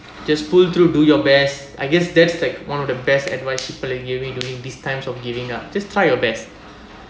just pull through do your best I guess that's like one of the best advice people are giving during these times of giving up just try your best